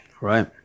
Right